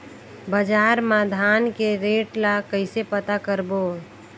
बजार मा धान के रेट ला कइसे पता करबो?